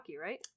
right